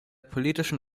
politischen